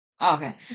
okay